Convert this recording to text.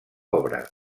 obra